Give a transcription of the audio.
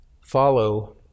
Follow